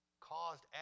caused